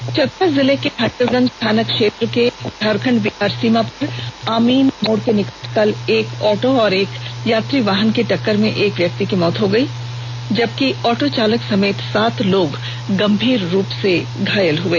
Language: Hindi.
चतरा जिले के हंटरगंज थाना क्षेत्र स्थित झारखंड बिहार सीमा पर आमीन मोड़ के पास कल ऑटो और यात्री वाहन की टक्कर में एक व्यक्ति की मौत हो गई जबकि ऑटो चालक समेत सात लोग गंभीर रूप से घायल हो गए